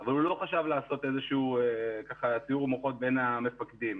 אבל הוא לא חשב לעשות איזשהו סיעור מוחות בין המפקדים.